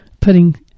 putting